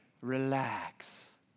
relax